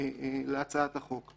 להצעת החוק.